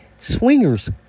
Swingers